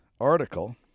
article